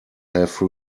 have